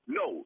no